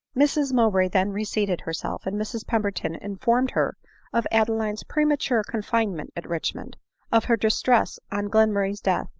mrs mowbray then reseated herself and mrs pem berton informed her of adeline's premature confinement at richmond of her distress on glenmurray's death,